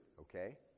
okay